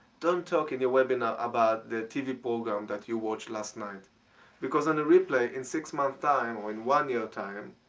don't talk in your webinar about the tv program that you watched last night because in a replay, in six months' time or in one years' time,